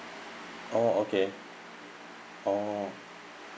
oh okay oh